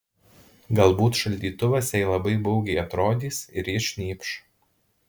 galbūt šaldytuvas jai labai baugiai atrodys ir ji šnypš